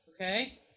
Okay